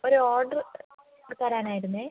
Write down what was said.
ഒരു ഓർഡറ് തരാനായിരുന്നു